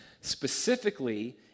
specifically